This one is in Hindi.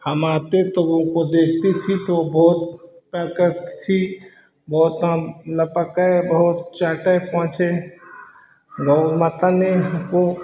हम आते तो हमको देखती थी तो बहुत प्यार करती थी बहुत काम लग पाते बहुत चाते पाँच छः गौ माता ने हमको